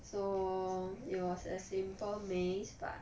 so it was a simple maze but